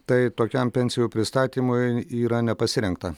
tai tokiam pensijų pristatymui yra nepasirengta